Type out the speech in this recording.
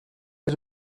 was